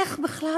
איך בכלל,